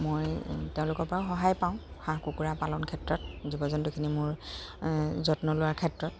মই তেওঁলোকৰ পৰাও সহায় পাওঁ হাঁহ কুকুৰা পালন ক্ষেত্ৰত জীৱ জন্তুখিনি মোৰ যত্ন লোৱাৰ ক্ষেত্ৰত